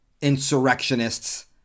insurrectionists